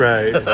Right